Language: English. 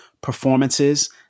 performances